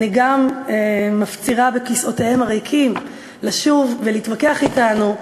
אני מפצירה בכיסאותיהם הריקים לשוב ולהתווכח אתנו,